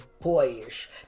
boyish